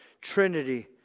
trinity